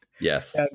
Yes